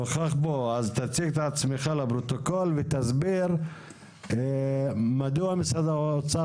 אז תציג את עצמך לפרוטוקול ותסביר מדוע משרד האוצר